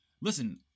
listen